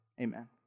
Amen